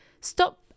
stop